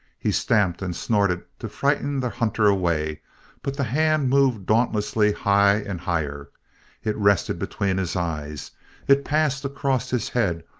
he stamped and snorted to frighten the hunter away but the hand moved dauntlessly high and higher it rested between his eyes it passed across his head,